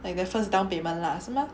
like the first down payment lah 是吗